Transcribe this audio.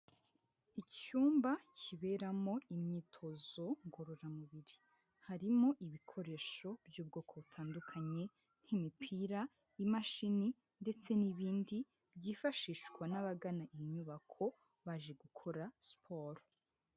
Icyumba kiberamo imyitozo ngororamubiri harimo ibikoresho by'ubwoko butandukanye nk'imipira, imashini ndetse n'ibindi byifashishwa n'abagana iyi nyubako baje gukora siporo.